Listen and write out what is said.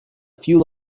few